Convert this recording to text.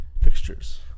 fixtures